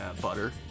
butter